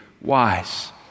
wise